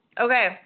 Okay